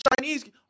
Chinese